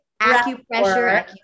acupressure